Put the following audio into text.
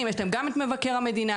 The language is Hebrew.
בחוק מבקר המדינה